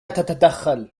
تتدخل